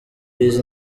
iyi